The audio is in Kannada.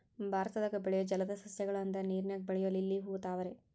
ಭಾರತದಾಗ ಬೆಳಿಯು ಜಲದ ಸಸ್ಯ ಗಳು ಅಂದ್ರ ನೇರಿನಾಗ ಬೆಳಿಯು ಲಿಲ್ಲಿ ಹೂ, ತಾವರೆ